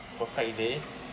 perfect day